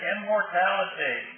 Immortality